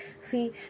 See